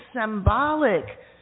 symbolic